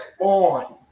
on